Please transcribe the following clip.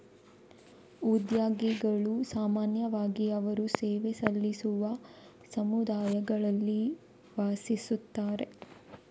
ಉದ್ಯೋಗಿಗಳು ಸಾಮಾನ್ಯವಾಗಿ ಅವರು ಸೇವೆ ಸಲ್ಲಿಸುವ ಸಮುದಾಯಗಳಲ್ಲಿ ವಾಸಿಸುತ್ತಾರೆ